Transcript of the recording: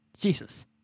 Jesus